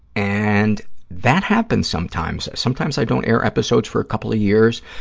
and that happens sometimes. sometimes i don't air episodes for a couple of years,